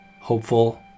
Hopeful